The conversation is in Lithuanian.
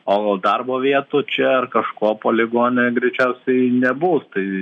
o darbo vietų čia ar kažko poligone greičiausiai nebus tai